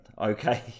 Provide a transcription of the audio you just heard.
okay